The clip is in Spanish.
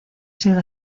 sido